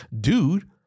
dude